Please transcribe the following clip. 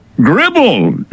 Gribble